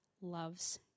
loves